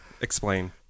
explain